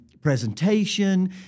presentation